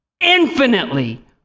infinitely